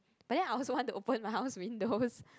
but then I also want to open my house windows